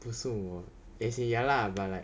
不是我 as in ya lah but like